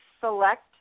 select